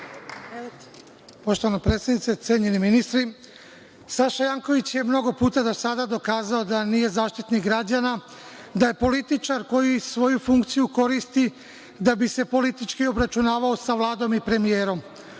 Poštovana predsednice, cenjeni ministri, Saša Janković je mnogo puta do sada dokazao da nije zaštitnik građana, da je političar koji svoju funkciju koristi da bi se politički obračunavao sa Vladom i premijerom.